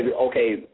okay